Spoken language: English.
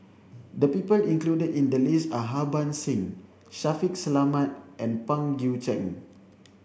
the people included in the list are Harbans Singh Shaffiq Selamat and Pang Guek Cheng